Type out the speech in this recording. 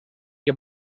que